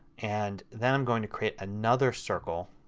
and then i'm going to create another circle,